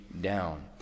down